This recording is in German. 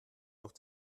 durch